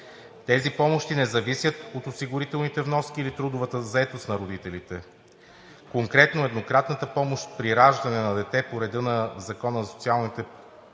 Тези помощи не зависят от осигурителните вноски или трудовата заетост на родителите. Конкретно еднократната помощ при раждане на дете по реда на Закона за социалните помощи